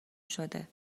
شده